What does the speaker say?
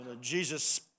Jesus